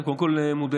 קודם כול מודעים,